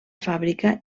fàbrica